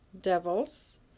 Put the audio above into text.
devils